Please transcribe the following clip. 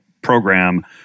Program